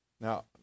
Now